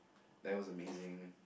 that was amazing